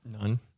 None